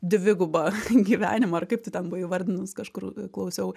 dvigubą gyvenimą ar kaip tu ten buvai įvardinus kažkur klausiau